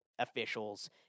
officials